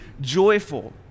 joyful